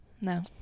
No